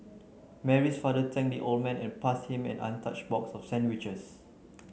Mary's father thanked the old man and passed him an untouched box of sandwiches